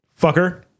fucker